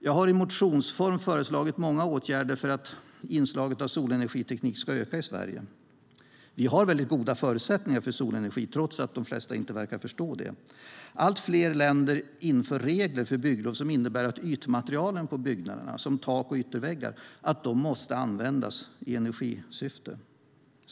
Jag har i motionsform föreslagit många åtgärder för att inslaget av solenergiteknik ska öka i Sverige. Vi har väldigt goda förutsättningar för solenergi, trots att de flesta inte verkar förstå det. Allt fler länder inför regler för bygglov som innebär att ytmaterialen på byggnaderna, som tak och ytterväggar, måste användas i energisyfte.